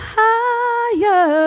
higher